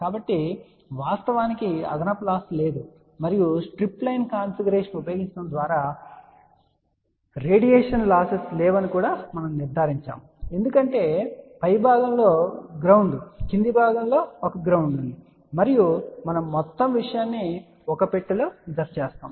కాబట్టి వాస్తవానికి అదనపు లాస్ లేదు మరియు స్ట్రిప్ లైన్ కాన్ఫిగరేషన్ను ఉపయోగించడం ద్వారా రేడియేషన్ లాస్సెస్ లేవని కూడా మనము నిర్ధారించాము ఎందుకంటే పైభాగంలో గ్రౌండ్ కింద భాగం లో ఒక గ్రౌండ్ ఉంది మరియు మనము మొత్తం విషయాన్ని ఒక పెట్టెలో జతచేస్తాము